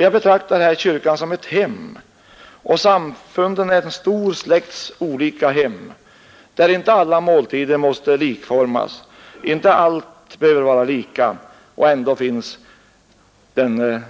Jag betraktar kyrkan som ett hem och samfunden är en stor släkts olika hem, där inte alla måltider måste likformas, inte allt behöver vara lika, och ändå finns den